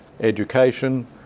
education